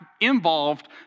involved